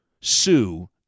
Sue